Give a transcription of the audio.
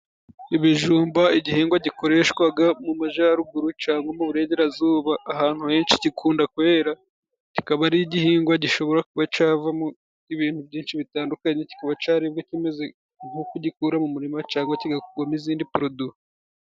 Ibijumba : Igihingwa gikoreshwaga mu majaruguru cyangwa mu burengerazuba, ahantu henshi gikunda kuhera .Kikaba ari igihingwa gishobora kuba cavamo ibintu byinshi bitandukanye , kikaba caribwa kimeze nkuko ugikura mu murima, cagwa kigakorwamo izindi poroduwi.